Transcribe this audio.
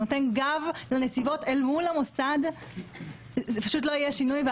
שנותן גב לנציבות אל מול המוסד לא יהיה שינוי,